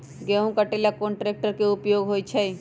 गेंहू के कटे ला कोंन ट्रेक्टर के उपयोग होइ छई?